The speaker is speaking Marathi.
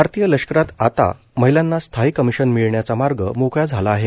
भारतीय लष्करात आता महिलांना स्थायी कमिशन मिळण्याचा मार्ग मोकळा झाला आहे